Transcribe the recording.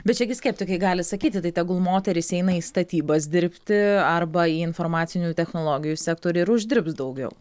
bet čia gi skeptikai gali sakyti tai tegul moterys eina į statybas dirbti arba į informacinių technologijų sektorių ir uždirbs daugiau